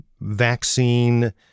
vaccine